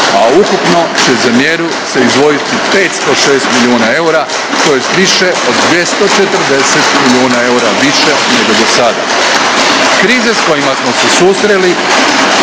a ukupno će se za mjeru izdvojiti 506 milijuna eura tj. više od 240 milijuna eura više nego do sada. Krize s kojima smo se susreli